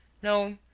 no,